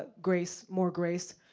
ah grace, more grace.